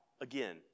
again